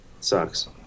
Sucks